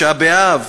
השאלה,